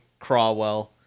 Crawwell